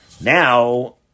now